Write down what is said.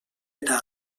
era